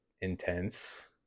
intense